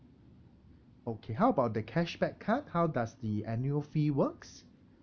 okay how about the cashback card how does the annual fee works